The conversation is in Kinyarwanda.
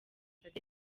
amb